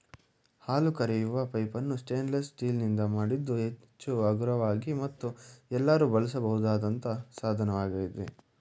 ಹಾಲು ಕರೆಯುವ ಪೈಪನ್ನು ಸ್ಟೇನ್ಲೆಸ್ ಸ್ಟೀಲ್ ನಿಂದ ಮಾಡಿದ್ದು ಹೆಚ್ಚು ಹಗುರವಾಗಿ ಮತ್ತು ಎಲ್ಲರೂ ಬಳಸಬಹುದಾದಂತ ಸಾಧನವಾಗಿದೆ